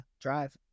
drive